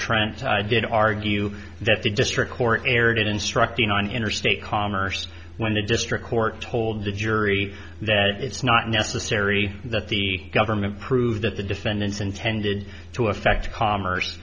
trent did argue that the district court erred instructing on interstate commerce when the district court told the jury that it's not necessary that the government prove that the defendants intended to affect commerce